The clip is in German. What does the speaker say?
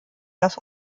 das